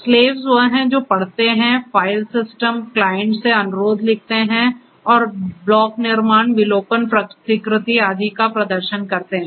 slaves वह है जो जो पढ़ते हैं फाइल सिस्टम क्लाइंट से अनुरोध लिखते हैं और ब्लॉक निर्माण विलोपन प्रतिकृति आदि का प्रदर्शन करते हैं